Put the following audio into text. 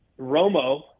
Romo